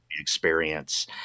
experience